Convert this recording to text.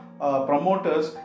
promoters